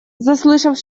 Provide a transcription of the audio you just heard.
заслышав